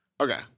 Okay